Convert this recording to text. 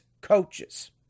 coaches